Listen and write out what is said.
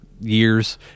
years